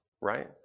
right